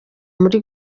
muri